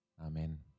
Amen